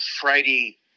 Friday